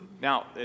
Now